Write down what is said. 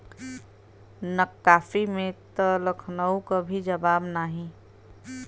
नक्काशी में त लखनऊ क भी जवाब नाही